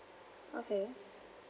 okay